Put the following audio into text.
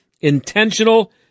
intentional